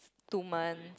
two month